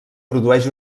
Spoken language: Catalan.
produeix